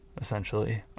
essentially